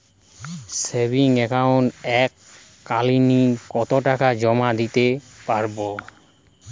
Savings একাউন্টে এক কালিন কতটাকা জমা দিতে পারব?